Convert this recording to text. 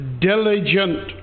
diligent